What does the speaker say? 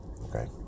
Okay